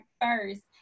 first